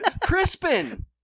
Crispin